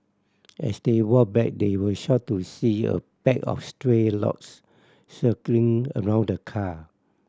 as they walked back they were shocked to see a pack of stray logs circling around the car